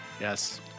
Yes